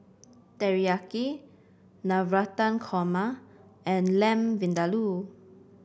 Teriyaki Navratan Korma and Lamb Vindaloo